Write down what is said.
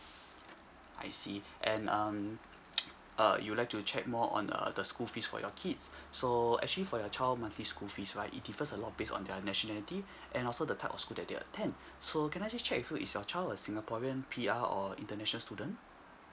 I see and um err you would like to check more on err the school fees for your kids so actually for your child monthly school fees right it differs a lot based on their nationality and also the type of school that they attend so can I just check with you is your child a singaporean P_R or international student